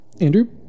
Andrew